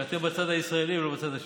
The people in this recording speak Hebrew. שאתם בצד הישראלי ולא בצד השני.